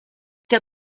der